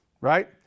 Right